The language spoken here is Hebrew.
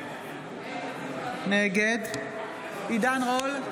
נגד עידן רול,